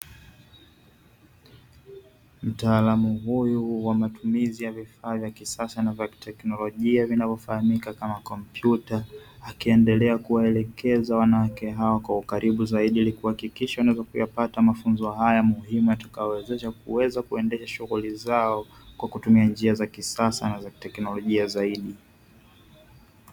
Mtaalamu huyu wa matumizi ya vifaa vya kisasa na vya teknolojia vinavyofahamika kama kompyuta akiendelea kuwaelekeza wanawake hao kwa ukaribu zaidi ilikuwa hakikisha unaweza kuyapata mafunzo haya muhimu tukawezesha kuweza kuendeshwa shughuli zao kwa kutumia njia za kisasa na teknolojia zaidi